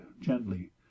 gently